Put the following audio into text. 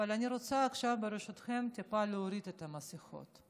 אבל אני רוצה עכשיו ברשותכם טיפה להוריד את המסכות.